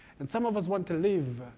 and some of us want to live.